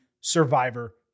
Survivor